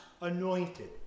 anointed